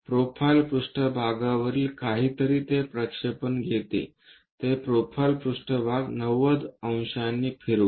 profile पृष्ठभागवरील काहीतरी ते प्रक्षेपण घेते ते प्रोफाइल पृष्ठभाग 90 अंशांनी फिरवा